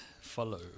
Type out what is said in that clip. follow